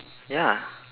ya